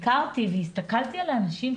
כשביקרתי באותם בתים והסתכלתי על האנשים שעובדים,